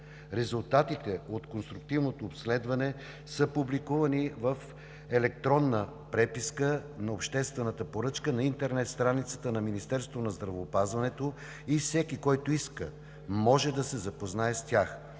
Резултатите от конструктивното обследване са публикувани в електронна преписка на обществената поръчка на интернет страницата на Министерството на здравеопазването и всеки, който иска, може да се запознае с тях.